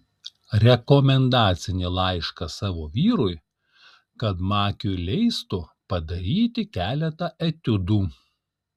rekomendacinį laišką savo vyrui kad makiui leistų padaryti keletą etiudų